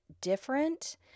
different